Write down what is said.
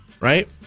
Right